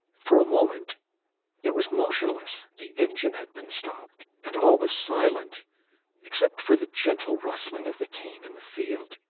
for a moment it was motionless the engine had been stopped, and all was silent except for the gentle rustling of the cane in the field.